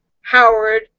Howard